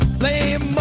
blame